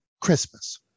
Christmas